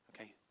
Okay